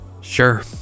Sure